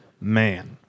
Man